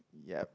yup